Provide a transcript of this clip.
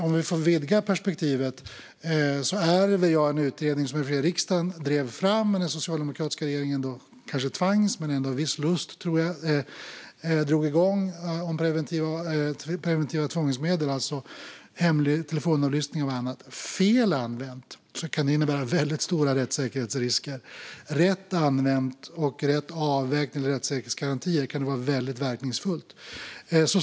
Om jag får vidga perspektivet ärver jag en utredning som riksdagen drev fram och den socialdemokratiska regeringen kanske tvingades men ändå med viss lust, tror jag, drog igång om preventiva tvångsmedel, alltså hemlig telefonavlyssning och annat. Fel använt kan det innebära väldigt stora rättssäkerhetsrisker. Rätt använt och rätt avvägt när det gäller rättssäkerhetsgarantier kan det vara väldigt verkningsfullt.